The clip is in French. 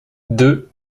deux